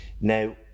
Now